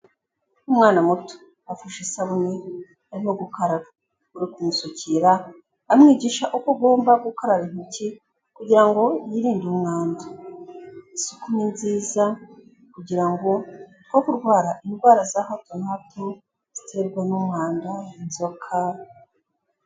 Umwana muto afashe isabune arimo gukara, hari uri kumusukira amwigisha uko agomba gukaraba intoki kugira ngo yirinde umwanda. Isuku ni nziza kugira ngo twe kurwara indwara za hato na hato ziterwa n'umwanda, inzoka.